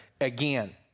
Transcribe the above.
again